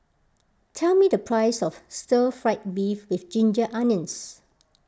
tell me the price of Stir Fried Beef with Ginger Onions